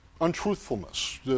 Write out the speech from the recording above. untruthfulness